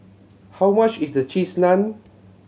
how much is Cheese Naan